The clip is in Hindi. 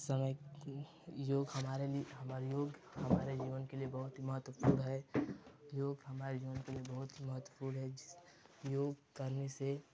कि योग हमारे लिए हमारे योग हमारे जीवन के लिए बहुत महत्वपूर्ण है योग हमारे जीवन के लिए बहुत महत्वपूर्ण है जिस योग करने से